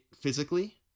physically